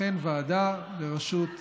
אכן ועדה בראשות,